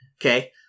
Okay